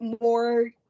more